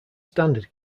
standard